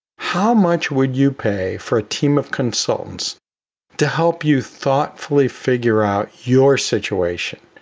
how much would you pay for a team of consultants to help you thoughtfully figure out your situation?